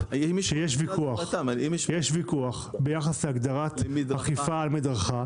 לפיו יש ויכוח ביחס להגדרת אכיפה על מדרכה.